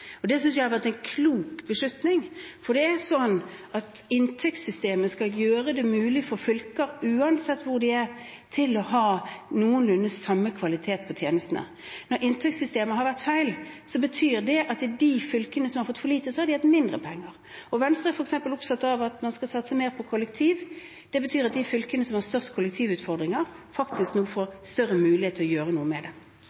Det synes jeg har vært en klok beslutning, for det er sånn at inntektssystemet skal gjøre det mulig for fylker, uansett hvor de er, å ha noenlunde samme kvalitet på tjenestene. Når inntektssystemet har vært feil, betyr det at i de fylkene som har fått for lite, har de hatt mindre penger. Venstre er f.eks. opptatt av at man skal satse mer på kollektivtransport. Det betyr at de fylkene som har størst kollektivutfordringer, nå faktisk får